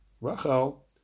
Rachel